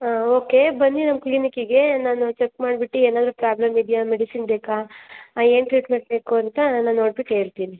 ಹಾಂ ಓಕೆ ಬನ್ನಿ ನಮ್ಮ ಕ್ಲಿನಿಕ್ಕಿಗೆ ನಾನು ಚೆಕ್ ಮಾಡ್ಬಿಟ್ಟು ಏನಾದರೂ ಪ್ರಾಬ್ಲಮ್ ಇದೆಯಾ ಮೆಡಿಸಿನ್ ಬೇಕಾ ಏನು ಟ್ರೀಟ್ಮೆಂಟ್ ಬೇಕು ಅಂತ ನಾ ನೋಡ್ಬಿಟ್ಟು ಹೇಳ್ತೀನಿ